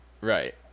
Right